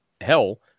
hell